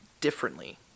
differently